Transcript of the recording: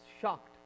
shocked